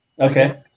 okay